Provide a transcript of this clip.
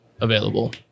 available